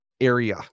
area